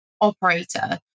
operator